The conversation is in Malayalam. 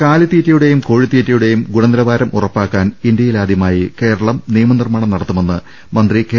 കാലിത്തീറ്റയുടെയും കോഴിത്തീറ്റയുടെയും ഗുണനി ലവാരം ഉറപ്പാക്കാൻ ഇന്തൃയിലാദ്യമായി കേരളം നിയമ നിർമ്മാണം നടത്തുമെന്ന് മന്ത്രി കെ